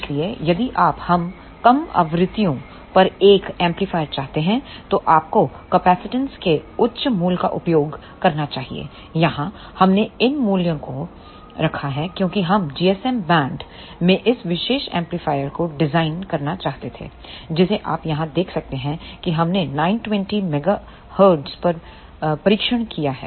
इसलिए यदि आप कम आवृत्तियों पर एक एम्पलीफायर चाहते हैं तो आपको कैपेसिटेंस के उच्च मूल्य का उपयोग करना चाहिए यहां हमने इन मूल्यों को रखा है क्योंकि हम GSM बैंड में इस विशेष एम्पलीफायर को डिजाइन करना चाहते थे जिसे आप यहां देख सकते हैं कि हमने 920 मेगाहर्ट्ज पर परीक्षण किया है